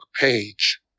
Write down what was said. page